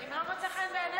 אם לא מוצא חן בעיניך,